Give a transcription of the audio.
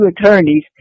attorneys